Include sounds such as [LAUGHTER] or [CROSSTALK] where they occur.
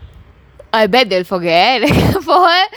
I bet they will forget [LAUGHS] for her for her